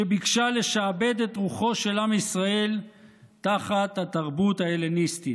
שביקשה לשעבד את רוחו של עם ישראל תחת התרבות ההלניסטית.